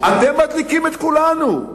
אתם מדליקים את כולנו.